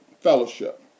fellowship